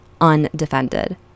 undefended